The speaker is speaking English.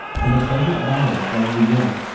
and the pleasant violence of the young,